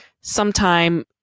sometime